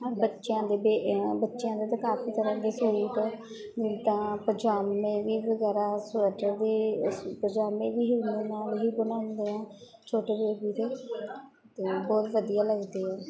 ਬੱਚਿਆਂ ਦੇ ਬੇ ਬੱਚਿਆਂ ਦੇ ਤਾਂ ਕਾਫੀ ਤਰ੍ਹਾਂ ਦੇ ਸੂਟ ਜਿੱਦਾਂ ਪਜਾਮੇ ਵੀ ਵਗੈਰਾ ਸਵੈਟਰ ਦੀ ਪਜਾਮੇ ਵੀ ਹਿੱਲ ਨਾਲ ਹੀ ਬਣਾਉਂਦੇ ਹਾਂ ਛੋਟੇ ਦੇ ਅਤੇ ਬਹੁਤ ਵਧੀਆ ਲੱਗਦੇ ਹੈ